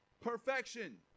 perfection